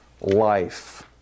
life